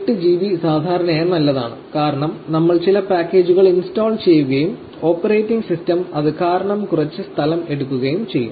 8 GB സാധാരണയായി നല്ലതാണ് കാരണം നമ്മൾ ചില പാക്കേജുകൾ ഇൻസ്റ്റാൾ ചെയ്യുകയും ഓപ്പറേറ്റിംഗ് സിസ്റ്റം അത് കാരണം കുറച്ച് സ്ഥലം എടുക്കുകയും ചെയ്യും